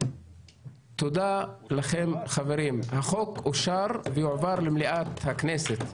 תודה לכם, חברים, החוק אושר ויועבר למליאת הכנסת.